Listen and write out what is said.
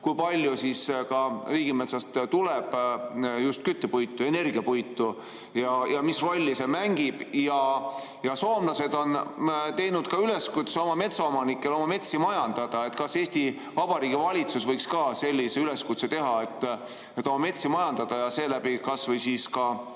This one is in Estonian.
kui palju riigimetsast tuleb just küttepuitu, energiapuitu, ja mis rolli see mängib? Soomlased on teinud üleskutse oma metsaomanikele oma metsi majandada. Kas Eesti Vabariigi valitsus võiks ka sellise üleskutse teha, et tuleks oma metsi majandada ja seeläbi rohkem